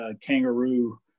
kangaroo